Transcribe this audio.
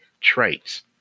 traits